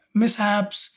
mishaps